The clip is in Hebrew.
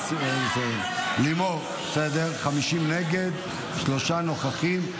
לימור, בסדר, 50 נגד, שלושה נוכחים.